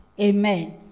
amen